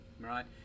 right